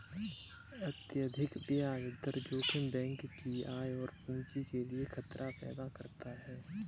अत्यधिक ब्याज दर जोखिम बैंक की आय और पूंजी के लिए खतरा पैदा करता है